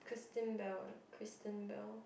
Christine-Bell right Christine-bell